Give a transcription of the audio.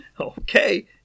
Okay